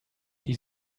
die